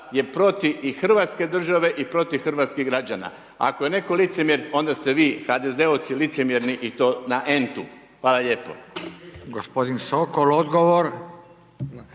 je protiv i hrvatske države i protiv hrvatskih građana, ako je netko licemjer onda ste vi HDZ-ovci licemjeri, i to na n-tu. Hvala lijepo. **Radin, Furio